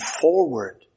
forward